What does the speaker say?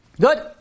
Good